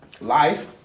Life